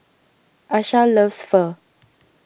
Asha loves Pho